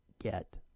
get